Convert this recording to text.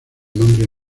nombre